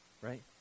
right